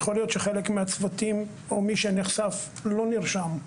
יכול להיות שחלק מהצוותים או מי שנחשף לא נרשם,